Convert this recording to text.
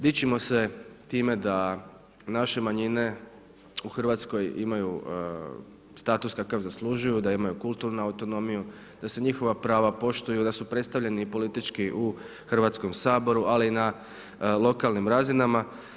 Dičimo se time da naše manjine u RH imaju status kakav zaslužuju, da imaju kulturnu autonomiju, da se njihova prava poštuju, da su predstavljeni politički u Hrvatskom saboru, ali na lokalnim razinama.